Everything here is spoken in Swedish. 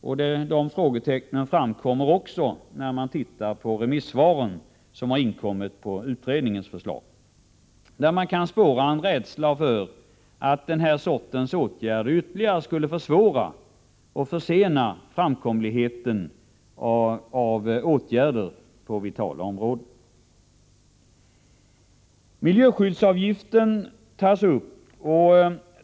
Dessa frågetecken finns också i de remissvar som inkommit på utredningens förslag. Man kan i remissvaren spåra en rädsla för att den här sortens åtgärder ytterligare skulle försvåra och försena framtagandet av åtgärder på vitala områden. Frågan om miljöskyddsavgiften tas också upp.